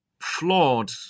flawed